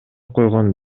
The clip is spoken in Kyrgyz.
койгон